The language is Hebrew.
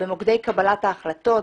במוקדי קבלת ההחלטות,